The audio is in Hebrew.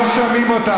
לא שומעים אותך,